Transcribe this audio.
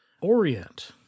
Orient